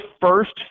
first